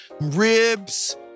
ribs